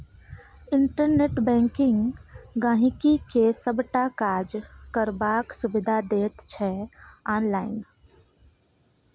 internet banking गांहिकी के सबटा काज करबाक सुविधा दैत छै आनलाइन